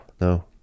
no